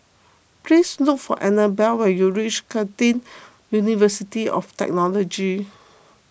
please look for Anabella when you reach Curtin University of Technology